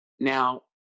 Now